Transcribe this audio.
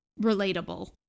relatable